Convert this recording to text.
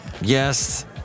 Yes